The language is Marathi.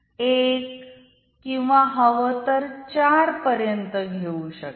एक किंवा हव तर चार पर्यंत घेऊ शकता